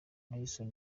nelson